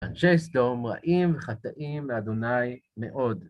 אנשי סדום רעים וחטאים לד' מאוד.